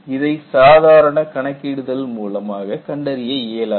இதை சாதாரண கணக்கிடுதல் மூலமாக கண்டறிய இயலாது